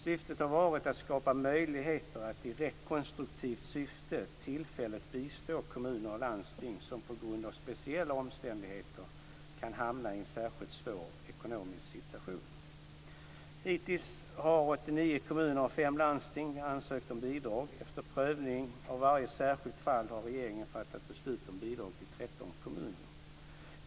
Syftet har varit att "skapa möjligheter att i rekonstruktivt syfte tillfälligt bistå kommuner och landsting som på grund av speciella omständigheter kan hamna i en särskilt svår ekonomisk situation". Hittills har 89 kommuner och fem landsting ansökt om bidrag. Efter prövning av varje särskilt fall har regeringen fattat beslut om bidrag till 13 kommuner.